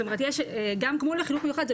זאת אומרת גם שיש גמול לחינוך המיוחד זה